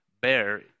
bear